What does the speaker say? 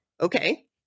Okay